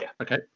Okay